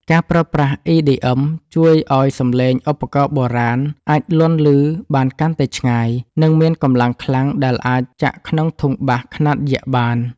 ការប្រើប្រាស់ EDM ជួយឱ្យសំឡេងឧបករណ៍បុរាណអាចលាន់ឮបានកាន់តែឆ្ងាយ និងមានកម្លាំងខ្លាំងដែលអាចចាក់ក្នុងធុងបាសខ្នាតយក្សបាន។